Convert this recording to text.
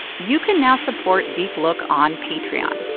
you can now support deep look on patreon!